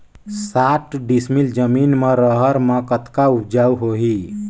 साठ डिसमिल जमीन म रहर म कतका उपजाऊ होही?